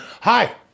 hi